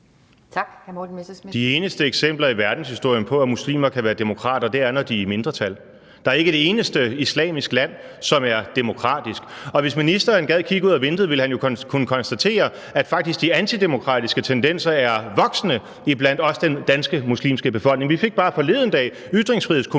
De eneste eksempler i verdenshistorien på, at muslimer kan være demokrater, er, når de er i mindretal. Der er ikke et eneste islamisk land, som er demokratisk. Og hvis ministeren gad kigge ud ad vinduet, ville han jo kunne konstatere, at de antidemokratiske tendenser faktisk er voksende, også iblandt den danske muslimske befolkning. Vi fik bare forleden dag Ytringsfrihedskommissionens